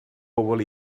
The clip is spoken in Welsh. pobl